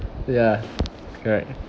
ya correct